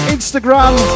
Instagram